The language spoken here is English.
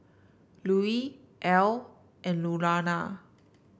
Lucie Ell and Lurana